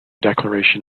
declaration